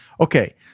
Okay